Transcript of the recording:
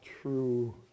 true